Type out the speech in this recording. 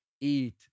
eat